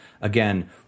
again